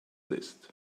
list